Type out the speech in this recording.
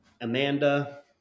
Amanda